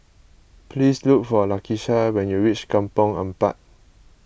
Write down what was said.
please look for Lakisha when you reach Kampong Ampat